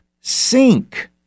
sink